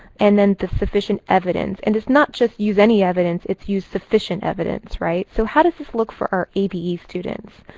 and then the sufficient evidence. and it's not just, use any evidence. it's use sufficient evidence, right? so how does this look for our abe students?